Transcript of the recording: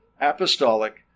apostolic